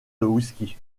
whisky